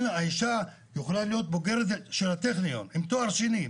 האשה יכולה להיות בוגרת של הטכניון עם תואר שני,